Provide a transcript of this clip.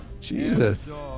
Jesus